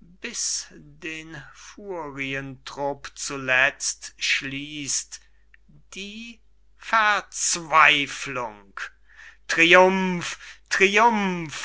bis den furientrupp zuletzt schließt die verzweiflung triumph triumph